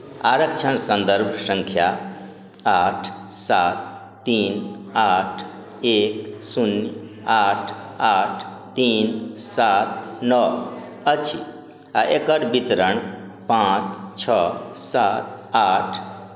आरक्षण सन्दर्भ सङ्ख्या आठ सात तीन आठ एक शून्य आठ आठ तीन सात नओ अछि आ एकर वितरण पाँच छओ सात आठ